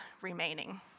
remaining